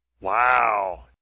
Wow